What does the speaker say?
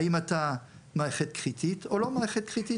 האם אתה מערכת קריטית או לא מערכת קריטית?